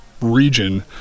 region